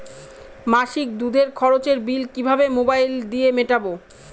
মাসিক দুধের খরচের বিল কিভাবে মোবাইল দিয়ে মেটাব?